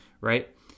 right